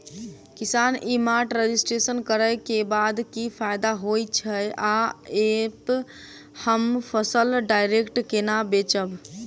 किसान e mart registration करै केँ बाद की फायदा होइ छै आ ऐप हम फसल डायरेक्ट केना बेचब?